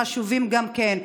חשובים גם כן.